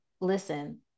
listen